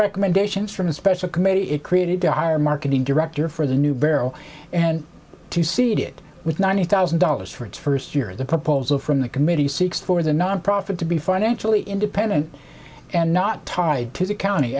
recommendations from a special committee it created to hire a marketing director for the new barrel and to see it with ninety thousand dollars for its first year the proposal from the committee seeks for the nonprofit to be fine actually independent and not tied to the county